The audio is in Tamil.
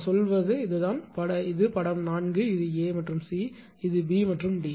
நான் சொல்வது இதுதான் இது படம் 4 இது a மற்றும் c இது b மற்றும் d